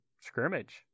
scrimmage